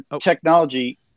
technology